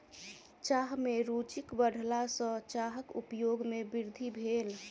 चाह में रूचिक बढ़ला सॅ चाहक उपयोग में वृद्धि भेल